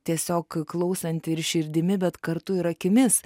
tiesiog klausanti ir širdimi bet kartu ir akimis